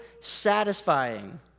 satisfying